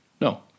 No